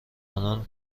انان